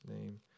name